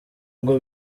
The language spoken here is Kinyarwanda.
ngo